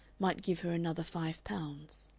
might give her another five pounds.